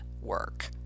work